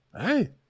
Hey